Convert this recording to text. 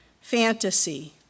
fantasy